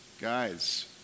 guys